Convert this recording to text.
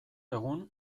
egun